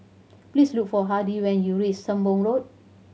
please look for Hardie when you reachs Sembong Road